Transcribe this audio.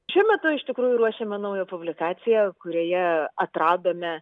šiuo metu iš tikrųjų ruošiame naują publikaciją kurioje atradome